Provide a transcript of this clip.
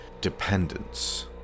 dependence